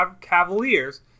Cavaliers